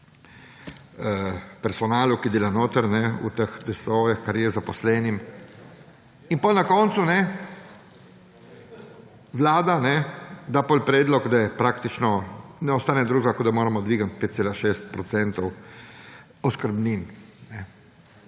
personalu, ki dela notri v teh DSO-jih, kar je, zaposlenim. In potem na koncu vlada da potem predlog, da praktično ne ostane drugega kot da moramo dvigniti 5,6 % oskrbnin,